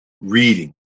reading